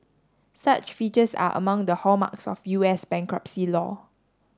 such features are among the hallmarks of U S bankruptcy law